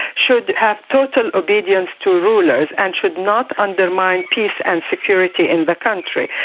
should have total obedience to rulers and should not undermine peace and security in the country.